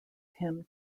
him